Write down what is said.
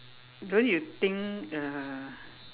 don't you think uh